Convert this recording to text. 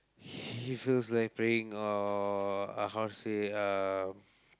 he feels like praying or uh how to say uh